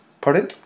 Pardon